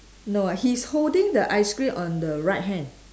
no ah he's holding the ice cream on the right hand